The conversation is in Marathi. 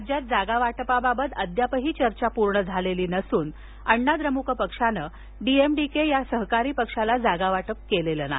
राज्यात जागा वाटपाबाबत अद्यापही चर्चा पूर्ण झाली नसून अण्णा द्रमुक पक्षानं डीएमडीके या सहकारी पक्षाला जागावाटप केलेलं नाही